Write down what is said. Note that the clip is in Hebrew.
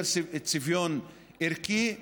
יותר צביון ערכי,